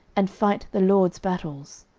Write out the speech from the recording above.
and fight the lord's battles.